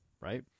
right